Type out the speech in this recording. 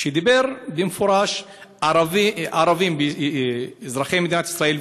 ודיבר במפורש: ערבים אזרחי מדינת ישראל,